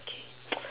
okay